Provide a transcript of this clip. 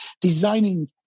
designing